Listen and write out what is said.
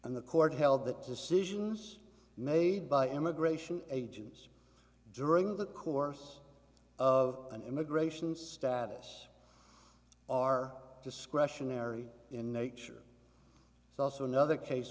and the court held that decisions made by immigration agents during the course of an immigration status are discretionary in nature it's also another case